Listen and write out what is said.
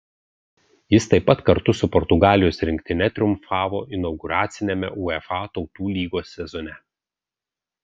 jis taip pat kartu su portugalijos rinktine triumfavo inauguraciniame uefa tautų lygos sezone